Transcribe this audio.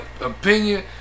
opinion